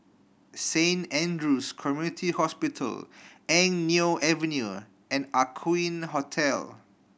Saint Andrew's Community Hospital Eng Neo Avenue and Aqueen Hotel